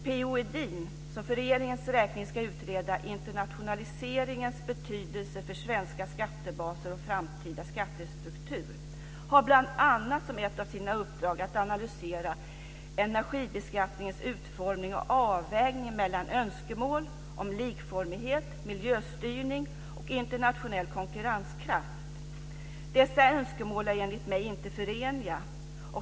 P-O Edin, som för regeringens räkning ska utreda internationaliseringens betydelse för svenska skattebaser och framtida skattestruktur, har bl.a. som ett av sina uppdrag att analysera energibeskattningens utformning och avvägningen mellan önskemål om likformighet, miljöstyrning och internationell konkurrenskraft. Dessa önskemål är enligt mig inte förenliga.